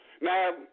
Now